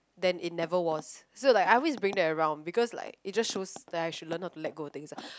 then it never was so like I always bring that around because like it just shows that I should learn how to let go of things ah